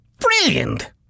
Brilliant